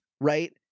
right